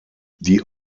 die